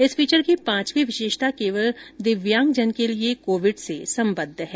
इस फीचर की पांचवी विशेषता केवल दिव्यांगजन के लिए कोविड से सबद्ध है